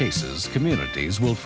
cases communities will